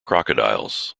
crocodiles